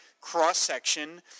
cross-section